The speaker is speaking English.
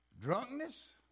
Drunkenness